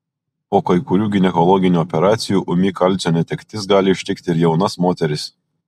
po kai kurių ginekologinių operacijų ūmi kalcio netektis gali ištikti ir jaunas moteris